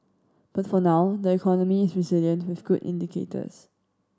but for now the economy is resilient with good indicators